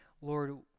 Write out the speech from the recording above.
Lord